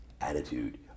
Attitude